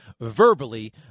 verbally